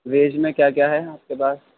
veg میں کیا کیا ہے آپ کے پاس